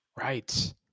Right